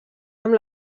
amb